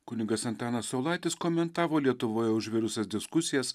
kunigas antanas saulaitis komentavo lietuvoje užvirusias diskusijas